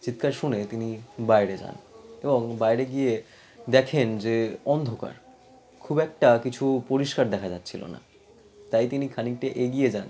চিৎকার শুনে তিনি বাইরে যান এবং বাইরে গিয়ে দেখেন যে অন্ধকার খুব একটা কিছু পরিষ্কার দেখা যাচ্ছিল না তাই তিনি খানিকটা এগিয়ে যান